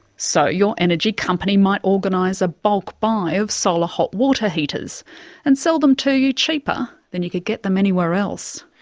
so your energy company might organise a bulk buy of solar hot water heaters and sell them to you cheaper than you could get them anywhere else.